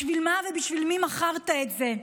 בשביל מה ובשביל מי מכרת את זה,